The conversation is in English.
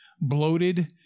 bloated